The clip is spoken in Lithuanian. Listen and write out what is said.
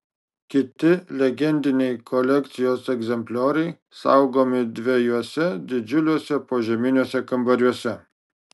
kiti legendiniai kolekcijos egzemplioriai saugomi dviejuose didžiuliuose požeminiuose kambariuose